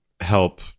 help